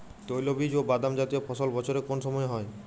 তৈলবীজ ও বাদামজাতীয় ফসল বছরের কোন সময় হয়?